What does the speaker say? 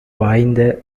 வாய்ந்த